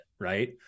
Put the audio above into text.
Right